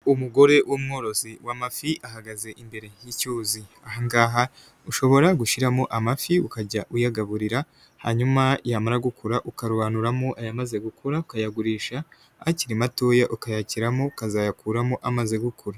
Umugore w'umworozi w'amafi, ahagaze imbere y'icyuzi. Aha ngaha ushobora gushyiramo amafi ukajya uyagaburira, hanyuma yamara gukura, ukarobanuramo ayamaze gukura, ukayagurisha, akiri matoya ukayarekeramo, ukazayakuramo amaze gukura.